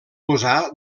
posar